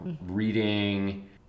reading